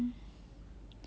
mmhmm